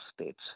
states